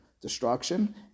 Destruction